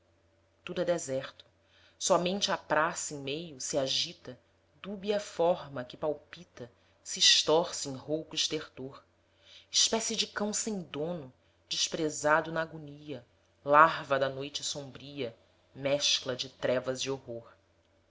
tudo é deserto somente à praça em meio se agita dúbia forma que palpita se estorce em rouco estertor espécie de cão sem dono desprezado na agonia larva da noite sombria mescla de trevas e horror